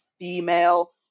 female